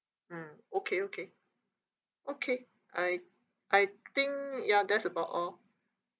mm okay okay okay I I think ya that's about all